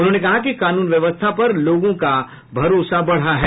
उन्होंने कहा कि कानून व्यवस्था पर लोगों का भरोसा बढ़ा है